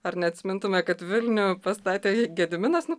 ar neatsimintume kad vilnių pastatė gediminas nu